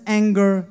anger